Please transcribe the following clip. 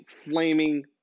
flaming